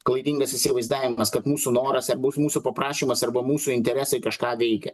klaidingas įsivaizdavimas kad mūsų noruose bus mūsų paprašymas arba mūsų interesai kažką veikia